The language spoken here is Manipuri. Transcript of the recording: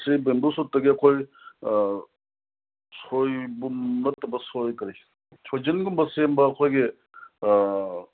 ꯁꯤ ꯕꯦꯝꯕꯨ ꯁꯨꯠꯇꯒꯤ ꯑꯩꯈꯣꯏ ꯁꯣꯏꯕꯨꯝ ꯅꯠꯇꯕ ꯁꯣꯏ ꯀꯔꯤ ꯁꯣꯏꯖꯤꯟꯒꯨꯝꯕ ꯁꯦꯝꯕ ꯑꯩꯈꯣꯏꯒꯤ